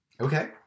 Okay